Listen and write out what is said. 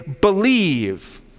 believe